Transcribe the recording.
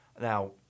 Now